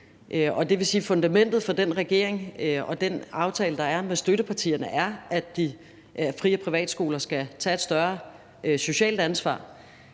og fundamentet for regeringen og for den aftale, der er med støttepartierne, er, at fri- og privatskoler skal tage et større socialt ansvar.